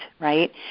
right